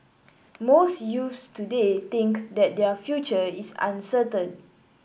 most youths today think that their future is uncertain